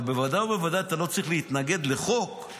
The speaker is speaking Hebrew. אבל בוודאי ובוודאי שאתה לא צריך להתנגד לחוק,